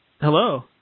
Hello